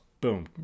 Boom